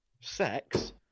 Sex